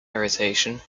irritation